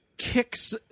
kicks